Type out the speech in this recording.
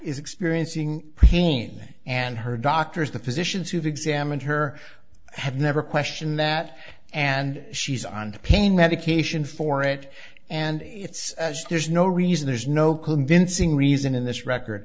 is experiencing pain and her doctors the physicians who've examined her have never questioned that and she's on pain medication for it and it's there's no reason there's no convincing reason in this record